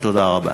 תודה רבה.